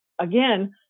again